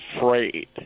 afraid